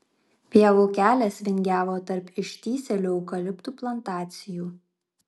pievų kelias vingiavo tarp ištįsėlių eukaliptų plantacijų